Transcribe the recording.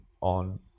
on